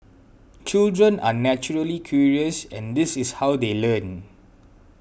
children are naturally curious and this is how they learn